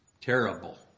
terrible